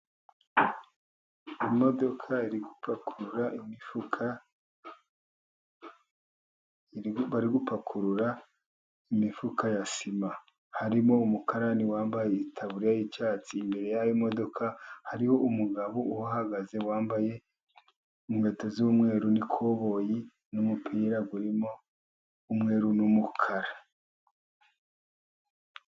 Imodoka iri gupakuru imifuka, bari gupakurura imifuka ya sima, harimo umukarani wambaye itabuye y'icyatsi, imbere yimodoka hariho umugabo uhagaze wambaye impeta z'umweru n'ikoboyi, n'umupira urimo, umweru n'umukara.